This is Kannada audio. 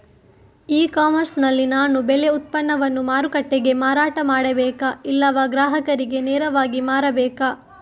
ಇ ಕಾಮರ್ಸ್ ನಲ್ಲಿ ನಾನು ಬೆಳೆ ಉತ್ಪನ್ನವನ್ನು ಮಾರುಕಟ್ಟೆಗೆ ಮಾರಾಟ ಮಾಡಬೇಕಾ ಇಲ್ಲವಾ ಗ್ರಾಹಕರಿಗೆ ನೇರವಾಗಿ ಮಾರಬೇಕಾ?